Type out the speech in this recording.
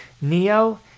Neo